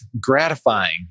gratifying